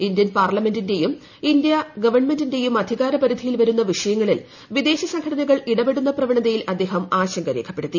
Indian പാർലമെന്റിന്റെയും India ഗിപ്പൺമെന്റിന്റെയും അധികാര പരിധിയിൽ വരുന്ന വിഷയങ്ങളിൽ വിദേശ സംഘടനകൾ ഇടപെടുന്ന പ്രവണതയിൽ അദ്ദേഹം ആശങ്ക രേഖപ്പെടുത്തി